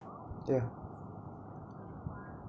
yeah